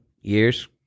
years